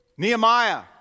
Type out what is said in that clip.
Nehemiah